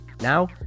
Now